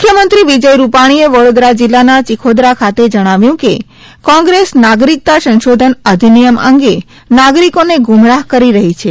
મુખ્યમંત્રી વિજય રૂપાણીએ વડોદરા જિલ્લાના ચીખોદરા ખાતે જણાવ્યુ કે કોગ્રેસ નાગરિકતા સંશોધન અધિનિયમ અંગે નાગરિકોને ગુમરાહ કરી રહી છે